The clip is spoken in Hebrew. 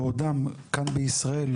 בעודם כאן בישראל,